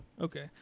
okay